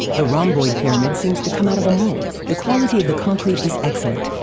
the rhomboid pyramid seems to come out of a mold. the quality of the concrete is excellent.